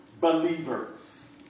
believers